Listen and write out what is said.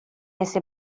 ese